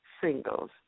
singles